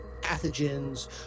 pathogens